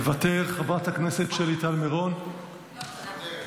מוותר, חברת הכנסת שלי טל מירון, מוותרת.